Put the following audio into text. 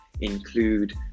include